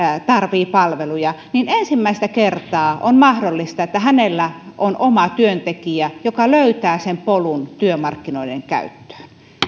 tarvitsee palveluja ensimmäistä kertaa on mahdollista että hänellä on omatyöntekijä joka löytää sen polun työmarkkinoiden käyttöön